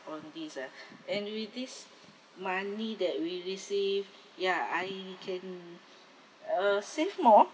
on this ah and with this money that we receive ya I can uh save more